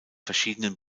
verschiedenen